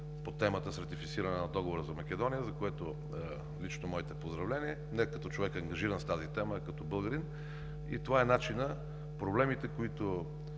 по темата с ратифициране на Договора за Македония, за което лично моите поздравления не като човек, ангажиран с тази тема, а като българин. Това е начинът проблемите, които